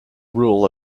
rule